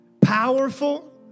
powerful